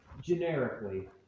generically